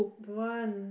don't want